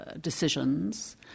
decisions